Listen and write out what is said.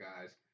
guys